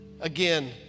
Again